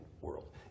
world